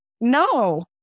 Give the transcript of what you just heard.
No